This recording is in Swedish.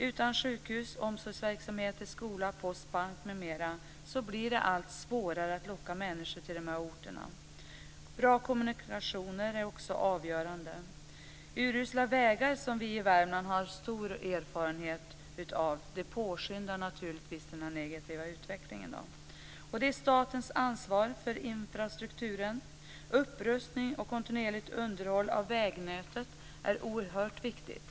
Utan sjukhus, omsorgsverksamhet, skola, post, bank m.m. blir det allt svårare att locka människor till de här orterna. Bra kommunikationer är också avgörande. Urusla vägar, som vi i Värmland har stor erfarenhet av, påskyndar naturligtvis den här negativa utvecklingen. Det är staten som har ansvar för infrastrukturen. Upprustning och kontinuerligt underhåll av vägnätet är oerhört viktigt.